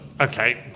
okay